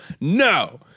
No